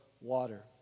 water